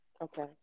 Okay